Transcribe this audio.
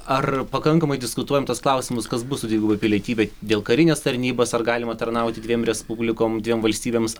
ar pakankamai diskutuojam tuos klausimus kas bus su dviguba pilietybe dėl karinės tarnybos ar galima tarnauti dviem respublikom dviem valstybėms